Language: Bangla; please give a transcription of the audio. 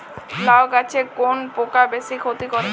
লাউ গাছে কোন পোকা বেশি ক্ষতি করে?